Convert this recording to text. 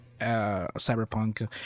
cyberpunk